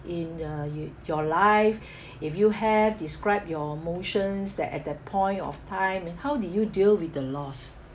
in uh it your life if you have describe your emotions that at that point of time and how did you deal with the loss